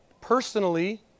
personally